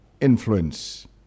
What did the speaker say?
influence